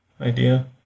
idea